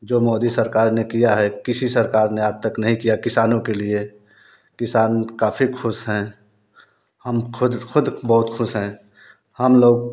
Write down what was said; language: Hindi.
जो मोदी सरकार ने किया है किसी सरकार ने आज तक नहीं किया किसानों के लिए किसान काफ़ी खुश हैं हम खुद खुद बहुत खुश हैं हम लोग